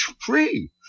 free